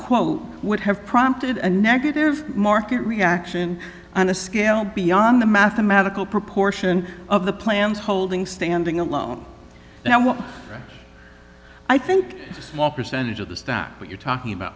quote would have prompted a negative market reaction on a scale beyond the mathematical proportion of the plans holding standing alone and what i think small percentage of the staff but you're talking about